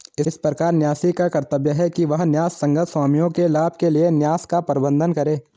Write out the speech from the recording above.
इस प्रकार न्यासी का कर्तव्य है कि वह न्यायसंगत स्वामियों के लाभ के लिए न्यास का प्रबंधन करे